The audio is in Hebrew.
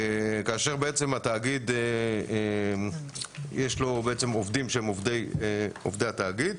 לתאגיד יש עובדים שהם עובדי התאגיד,